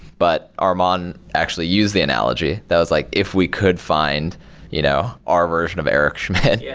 but armon actually used the analogy that was like, if we could find you know our version of eric schmidt, yeah